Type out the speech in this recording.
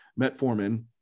metformin